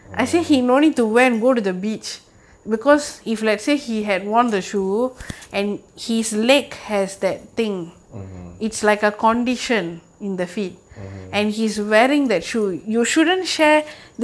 mm mm mm mm